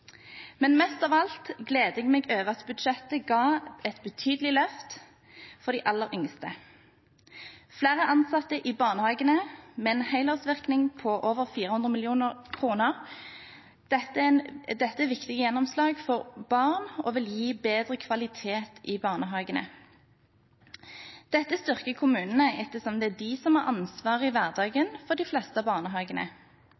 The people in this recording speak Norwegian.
Men mest av alt gleder jeg meg over at budsjettet ga et betydelig løft for de aller yngste – flere ansatte i barnehagene, med en helårsvirkning på over 400 mill. kr. Dette er et viktig gjennomslag for barna og vil gi bedre kvalitet i barnehagene. Dette styrker kommunene ettersom det er de som har ansvaret i